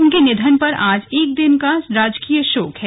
उनके निधन पर आज एक दिन का राजकीय शोक है